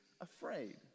afraid